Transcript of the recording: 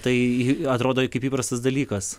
tai atrodo kaip įprastas dalykas